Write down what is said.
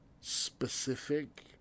specific